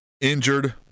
injured